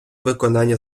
виконання